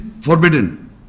forbidden